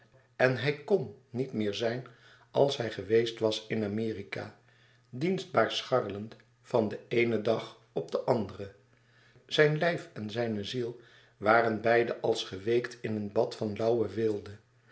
en hij kn niet meer zijn als hij geweest was in amerika dienstbaar scharrelend van den eenen dag op den anderen zijn lijf en zijne ziel waren beide als geweekt in een bad van lauwe weelde